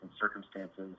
circumstances